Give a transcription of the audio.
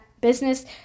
business